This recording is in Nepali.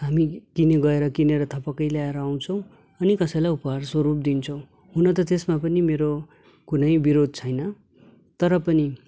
हामी किन्यौँ गएर किनेर थपक्कै लिएर आउँछौँ अनि कसैलाई उपहारस्वरूप दिन्छौँ हुन त त्यसमा पनि मेरो कुनै विरोध छैन तर पनि